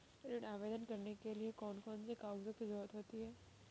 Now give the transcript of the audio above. ऋण आवेदन करने के लिए कौन कौन से कागजों की जरूरत होती है?